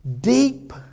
deep